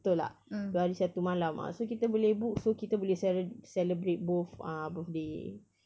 betul tak dua hari satu malam ah so kita boleh book so kita boleh cele~ celebrate both uh birthday